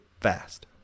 fast